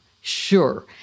sure